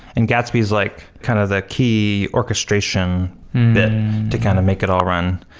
and gatsby is like kind of the key orchestration bit to kind of make it all run.